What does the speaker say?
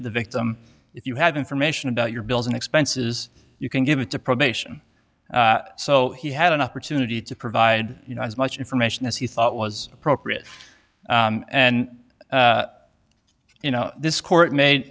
the victim if you have information about your bills and expenses you can give it to probation so he had an opportunity to provide you know as much information as he thought was appropriate and you know this court may